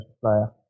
player